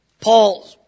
Paul